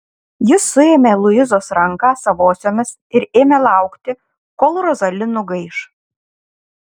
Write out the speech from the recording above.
jis suėmė luizos ranką savosiomis ir ėmė laukti kol rozali nugaiš